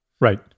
Right